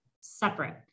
separate